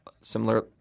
similar